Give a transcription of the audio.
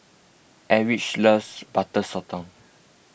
Eldridge loves Butter Sotong